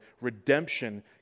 Redemption